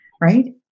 right